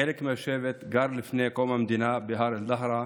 חלק מהשבט גר לפני קום המדינה בהר אל-דהרה,